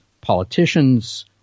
politicians